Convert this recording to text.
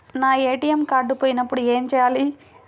నా ATM card పోయినప్పుడు ఏమి చేయాలి?